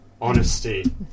honesty